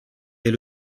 est